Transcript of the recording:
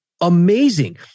Amazing